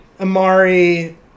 Amari